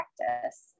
practice